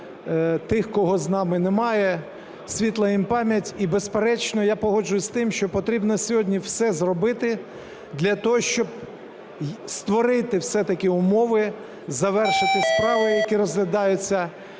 тих, кого з нами немає. Світла їм пам'ять. І безперечно, я погоджуюсь з тим, що потрібно сьогодні все зробити для того, щоб створити все-таки умови завершити справи, які розглядаються,